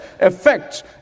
affects